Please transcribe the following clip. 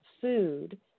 food